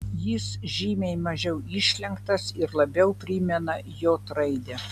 jis žymiai mažiau išlenktas ir labiau primena j raidę